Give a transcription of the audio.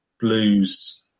blues